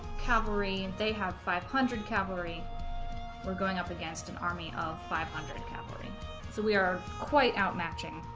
cavalry and they have five hundred cavalry we're going up against an army of five hundred cavalry so we are quite out matching